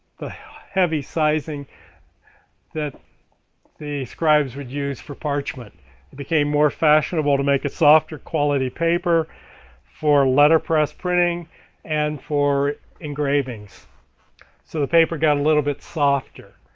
the heavy sizing that the scribes would use for parchment it became more fashionable to create a softer quality paper for letter press printing and for engravings so the paper got a little bit softer,